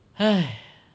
!hais!